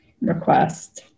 request